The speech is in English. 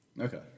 Okay